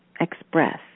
express